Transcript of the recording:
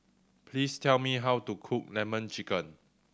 please tell me how to cook Lemon Chicken